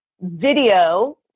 video